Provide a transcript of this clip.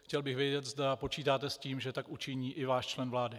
Chtěl bych vědět, zda počítáte, že tak učiní i váš člen vlády.